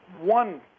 One